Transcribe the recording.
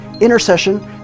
intercession